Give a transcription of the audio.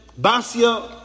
Basia